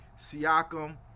Siakam